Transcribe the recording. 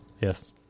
yes